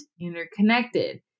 interconnected